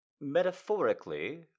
metaphorically